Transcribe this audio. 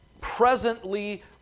presently